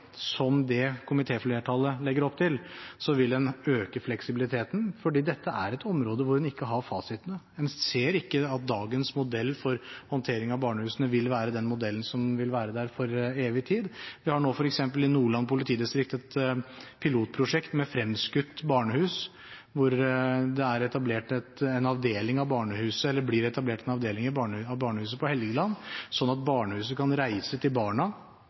som dem komitéflertallet legger opp til, vil en øke fleksibiliteten, for dette er et område hvor en ikke har fasitene. En ser ikke at dagens modell for håndtering av barnehusene vil være den modellen som vil være der til evig tid. Vi har nå f.eks. i Nordland politidistrikt et pilotprosjekt med fremskutt barnehus, hvor det blir etablert en avdeling av barnehuset på Helgeland, sånn at barnehuset kan reise til barna,